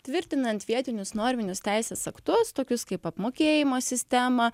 tvirtinant vietinius norminius teisės aktus tokius kaip apmokėjimo sistema